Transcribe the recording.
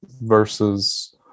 versus